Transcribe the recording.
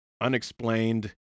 unexplained